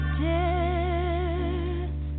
death